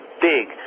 big